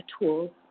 tools